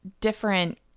different